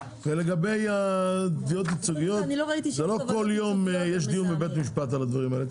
לגבי תביעות ייצוגיות לא כל יום יש דיון בבית משפט על הדברים האלה.